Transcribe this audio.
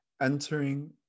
entering